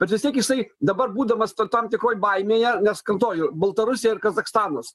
bet vis tiek jisai dabar būdamas tam tikroj baimėje nes kartoju baltarusija ir kazachstanas